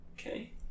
Okay